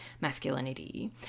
masculinity